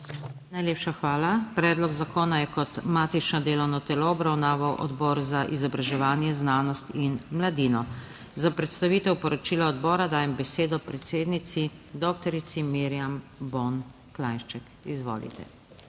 Najlepša hvala. Predlog zakona je kot matično delovno telo obravnaval Odbor za izobraževanje, znanost in mladino. Za predstavitev poročila odbora dajem besedo predsednici doktorici Mirjam Bon Klanjšček. Izvolite.